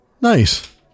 Nice